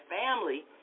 family